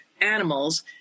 animals